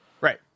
Right